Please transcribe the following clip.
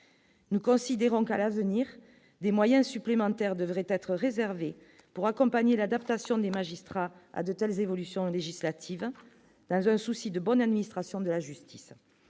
nous considérons qu'à l'avenir des moyens supplémentaires devraient être réservés pour accompagner l'adaptation des magistrats à de telles évolutions législatives dans un souci de bonne administration de la justice,